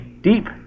deep